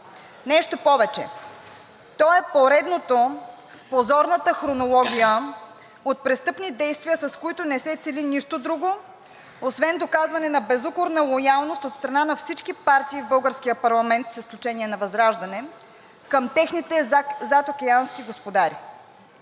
Нещо повече – то е поредното в позорната хронология от престъпни действия, с които не се цели нищо друго освен доказване на безукорна лоялност от страна на всички партии в българския парламент, с изключение на ВЪЗРАЖДАНЕ, към техните задокеански господари.